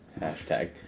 Hashtag